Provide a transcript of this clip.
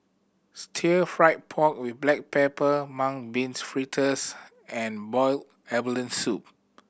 fry pork with black pepper mung beans fritters and boiled abalone soup